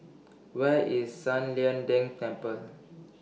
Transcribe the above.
Where IS San Lian Deng Temple